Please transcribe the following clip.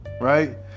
Right